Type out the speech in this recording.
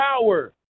power